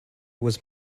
was